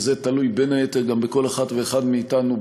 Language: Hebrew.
וזה תלוי בין היתר גם בכל אחד ואחת מאתנו,